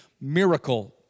miracle